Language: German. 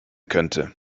könnte